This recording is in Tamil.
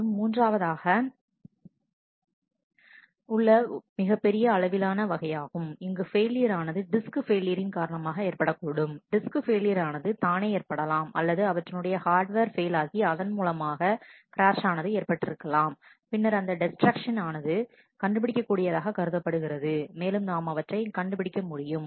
மற்றும் மூன்றாவதாக உள்ள வகை மிகப்பெரிய அளவிலான வகையாகும் இங்கு பெயிலியர் ஆனது டிஸ்க் பெயிலியரின் காரணமாக ஏற்படக்கூடும் டிஸ்க் பெயிலியர் ஆனது தானே ஏற்படலாம் அல்லது அவற்றினுடைய ஹார்ட்வேர் பெயில் ஆகி அதன் மூலமாக கிராஷ் ஆனது ஏற்பட்டிருக்கலாம் பின்னர் அந்த டெஸ்ட்டெரக்ஷன் ஆனது கண்டுபிடிக்கக் கூடியதாக கருதப்படுகிறது மேலும் நாம் அவற்றை கண்டு பிடிக்க முடியும்